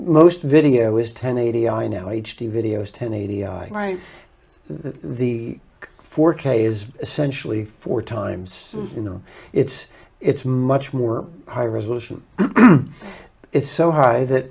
most video was ten eighty i now h d videos ten eighty i write the four k is essentially four times you know it's it's much more high resolution it's so high that